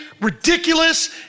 ridiculous